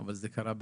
אבל זה קרה בהרבה.